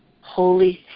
Holy